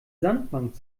sandbank